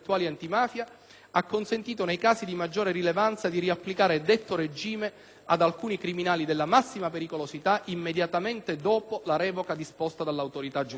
ha consentito, nei casi di maggiore rilevanza, di riapplicare detto regime ad alcuni criminali della massima pericolosità immediatamente dopo la revoca disposta dall'autorità giudiziaria.